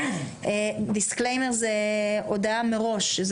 דיסקליימר זה הודעה מראש.